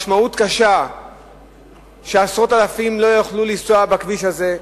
משמעות קשה שעשרות אלפים לא יוכלו לנסוע בכביש הזה,